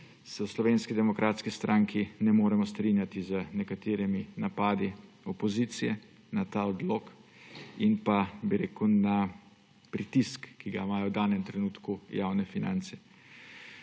v Slovenski demokratski stranki ne moremo strinjati z nekaterimi napadi opozicije na ta odlok in s pritiskom, ki ga imajo v danem trenutku javne finance.